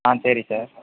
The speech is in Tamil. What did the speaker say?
ஆ சரி சார்